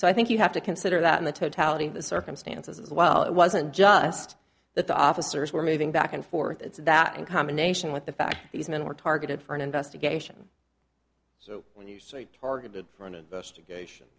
so i think you have to consider that in the totality of the circumstances as well it wasn't just that the officers were moving back and forth it's that in combination with the fact these men were targeted for an investigation so when you say targeted for an investigation